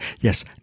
Yes